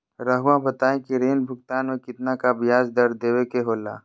रहुआ बताइं कि ऋण भुगतान में कितना का ब्याज दर देवें के होला?